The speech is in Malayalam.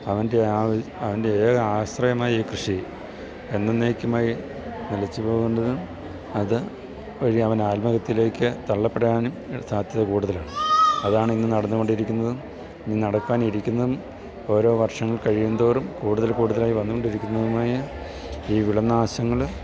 അവൻ്റെ അവൻ്റെ ഏക ആശ്രയമായ ഈ കൃഷി എന്നന്നേക്കുമായി നിലച്ചു പോകേണ്ടതും അതു വഴി അവനാത്മഹത്യയിലേക്ക് തള്ളപ്പെടാനും സാധ്യത കൂടുതലാണ് അതാണിന്ന് നടന്നു കൊണ്ടിരിക്കുന്നതും ഇനി നടക്കാനിരിക്കുന്നതും ഓരോ വർഷങ്ങൾ കഴിയുന്തോറും കൂടുതൽ കൂടുതലായി വന്നു കൊണ്ടിരിക്കുന്നതുമായ ഈ വിളനാശങ്ങൾ